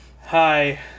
Hi